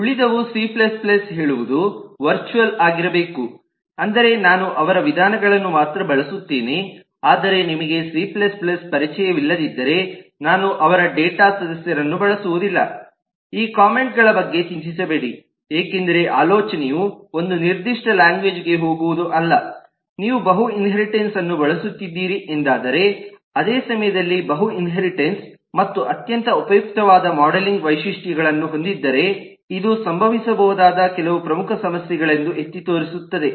ಉಳಿದವುಗಳು C c ಹೇಳುವುದು virtual ಆಗಿರಬೇಕು ಅಂದರೆ ನಾನು ಅವರ ವಿಧಾನಗಳನ್ನು ಮಾತ್ರ ಬಳಸುತ್ತೇನೆ ಆದರೆ ನಿಮಗೆ ಸಿ c ಪರಿಚಯವಿಲ್ಲದಿದ್ದರೆ ನಾನು ಅವರ ಡೇಟಾ ಸದಸ್ಯರನ್ನು ಬಳಸುವುದಿಲ್ಲ ಈ ಕಾಮೆಂಟ್ ಗಳ ಬಗ್ಗೆ ಚಿಂತಿಸಬೇಡಿ ಏಕೆಂದರೆ ಆಲೋಚನೆಯು ಒಂದು ನಿರ್ದಿಷ್ಟ ಲಾಂಗ್ವೇಜ್ ಗೆ ಹೋಗುವುದು ಅಲ್ಲ ನೀವು ಬಹು ಇನ್ಹೇರಿಟೆನ್ಸ್ ಅನ್ನು ಬಳಸುತ್ತಿದ್ದೀರಿ ಎಂದಾದರೆ ಅದೇ ಸಮಯದಲ್ಲಿ ಬಹು ಇನ್ಹೇರಿಟೆನ್ಸ್ ಮತ್ತು ಅತ್ಯಂತ ಉಪಯುಕ್ತವಾದ ಮಾಡೆಲಿಂಗ್ ವೈಶಿಷ್ಟ್ಯವನ್ನು ಹೊಂದಿದ್ದರೆ ಇದು ಸಂಭವಿಸಬಹುದಾದ ಕೆಲವು ಪ್ರಮುಖ ಸಮಸ್ಯೆಗಳೆಂದು ಎತ್ತಿ ತೋರಿಸುತ್ತದೆ